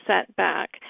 setback